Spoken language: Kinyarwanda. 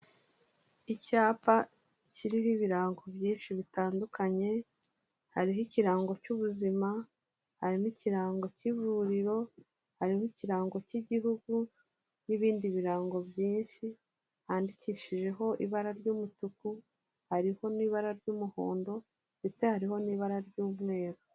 Icyapa kiriho ibirango byinshi bitandukanye, hariho ikirango cy'ubuzima, hari n'ikirango cy'ivuriro, harimo ikirango cy'igihugu n'ibindi birango byinshi, ahandikishijeho ibara ry'umutuku, hariho n'ibara ry'umuhondo ndetse hariho n'ibara ry'umweru.